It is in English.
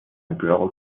grill